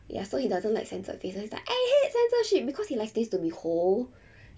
ya so he doesn't like censored faces he's like I hate censorship because he likes thing to be hold